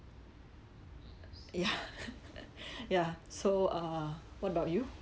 yeah yeah so uh what about you